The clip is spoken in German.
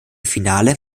finale